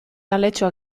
aletxoa